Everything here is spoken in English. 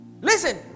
Listen